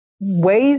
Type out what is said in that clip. ways